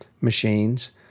machines